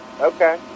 okay